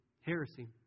heresy